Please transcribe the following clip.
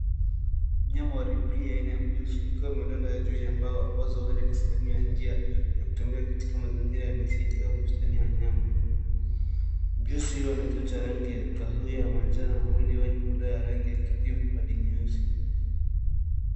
Mnyama pori aina ya mjusi akiwa amelala juu ya mbao ambazo huenda ni sehemu ya njia ya kutembea katika mazingira ya misitu au bustani ya wanyama. Mjusi huyu ana kichwa ya rangi ya kahawia ya manjano na mwili wenye madoa ya kijivu hadi nyeusi.